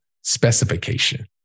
specification